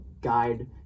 guide